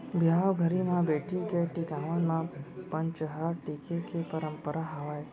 बिहाव घरी म बेटी के टिकावन म पंचहड़ टीके के परंपरा हावय